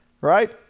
right